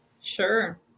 Sure